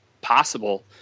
possible